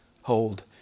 hold